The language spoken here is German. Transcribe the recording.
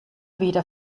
wieder